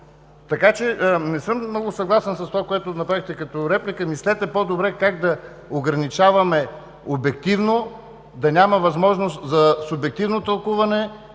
100. Не съм много съгласен с това, което направихте като реплика. Мислете по-добре как да ограничаваме обективно да няма възможност за субективно тълкуване